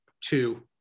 two